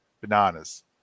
Bananas